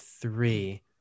three